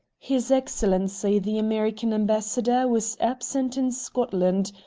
his excellency the american ambassador was absent in scotland,